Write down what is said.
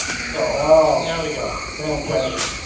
so ah there we go. fantastic.